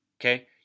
Okay